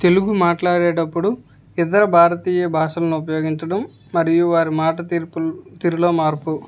తెలుగు మాట్లాడేడప్పుడు ఇతర భారతీయ భాషలను ఉపయోగించడం మరియు వారి మాట తీర్పులు తీరులో మార్పు